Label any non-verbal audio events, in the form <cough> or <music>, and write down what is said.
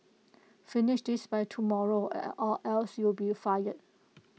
finish this by tomorrow <unintelligible> or else you'll be fired